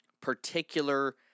particular